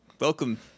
Welcome